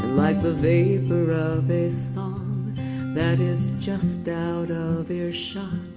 like the vapor of a song that is just out of earshot